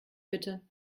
bitte